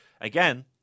Again